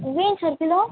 beans ஒரு kilo